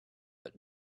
but